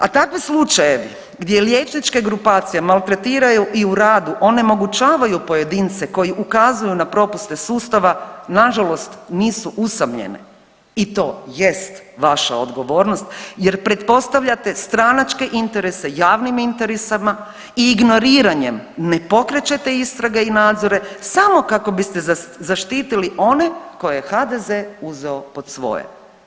A takvi slučajevi gdje liječničke grupacije maltretiraju i u radu onemogućavaju pojedince koji ukazuju na propuste sustava nažalost nisu usamljene i to jest vaša odgovornost jer pretpostavljate stranačke interese javnim interesima i ignoriranjem ne pokrećete istrage i nadzore, samo kako biste zaštitili one koje je HDZ uzeo pod svoje.